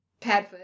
Padfoot